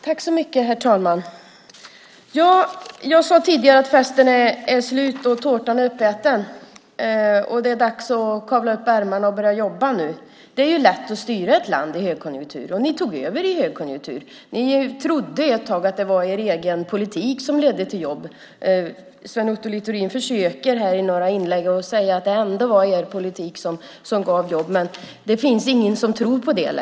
Herr talman! Jag sade tidigare att festen är slut och tårtan är uppäten, och det är dags att kavla upp ärmarna och börja jobba nu. Det är lätt att styra ett land i högkonjunktur, och regeringen tog över i högkonjunktur. Ni trodde ett tag, arbetsmarknadsministern, att det var er egen politik som ledde till jobb. Sven Otto Littorin försöker här i några inlägg säga att det ändå var deras politik som gav jobb, men det är inte längre någon som tror på det.